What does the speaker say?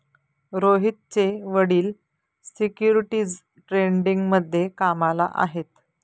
रोहितचे वडील सिक्युरिटीज ट्रेडिंगमध्ये कामाला आहेत